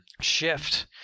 shift